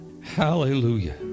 Hallelujah